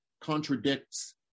contradicts